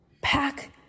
pack